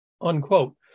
unquote